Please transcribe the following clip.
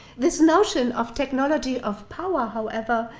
this notion of technology of power however,